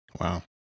Wow